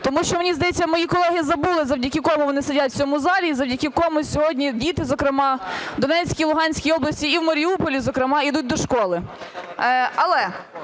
тому що мені здається, мої колеги забули, завдяки кому вони сидять в цьому залі і завдяки кому сьогодні діти, зокрема в Донецькій і Луганській областях, і в Маріуполі, зокрема, йдуть до школи.